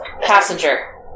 Passenger